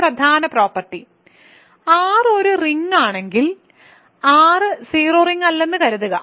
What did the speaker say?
ഒരു പ്രധാന property R ഒരു റിങ് ആണെങ്കിൽ R സീറോ റിങ് അല്ലെന്ന് കരുതുക